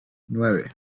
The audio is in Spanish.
nueve